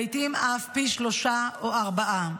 לעיתים אף פי שלושה או ארבעה.